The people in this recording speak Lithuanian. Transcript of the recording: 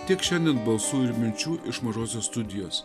tiek šiandien balsų ir minčių iš mažosios studijos